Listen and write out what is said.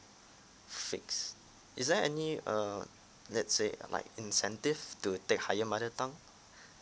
six is there any err let's say like incentive to take higher mother tongue